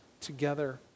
together